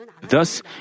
Thus